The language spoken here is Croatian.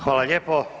Hvala lijepo.